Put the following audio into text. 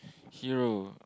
hero